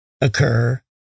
occur